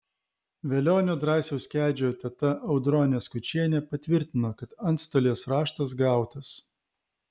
velionio drąsiaus kedžio teta audronė skučienė patvirtino kad antstolės raštas gautas